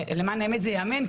למען האמת זה ייאמן,